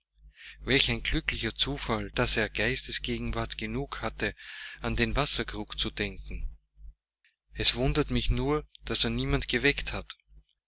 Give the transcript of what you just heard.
welch ein glücklicher zufall daß er geistesgegenwart genug hatte an den wasserkrug zu denken es wundert mich nur daß er niemand geweckt hat